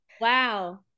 wow